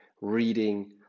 reading